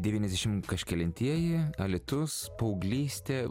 devyniasdešim kažkelintieji alytus paauglystė